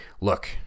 look